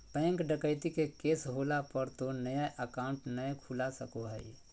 bank डकैती के case होला पर तो नया अकाउंट नय खुला सको हइ